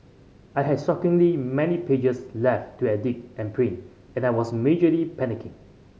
I had shockingly many pages left to edit and print and I was majorly panicking